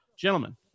Gentlemen